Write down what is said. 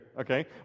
okay